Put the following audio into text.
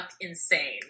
insane